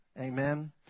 Amen